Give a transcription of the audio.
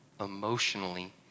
emotionally